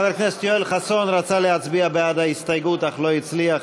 חבר הכנסת יואל חסון רצה להצביע בעד ההסתייגות אך לא הצליח.